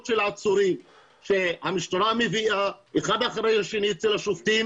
רכבות של עצורים שהמשטרה מביאה אחד אחרי השני אצל השופטים,